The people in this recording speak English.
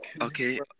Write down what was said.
Okay